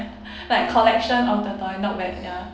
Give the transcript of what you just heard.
like collection of the toy not bad ya